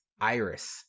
iris